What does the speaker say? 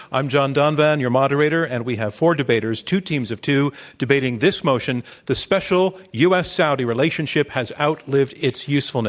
i'm john donvan your moderator, and we have four debaters, two teams of two debating this motion the special u. s. saudi relationship has outlived its usefulness.